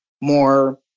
more